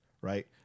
right